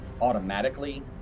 automatically